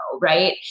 Right